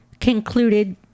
concluded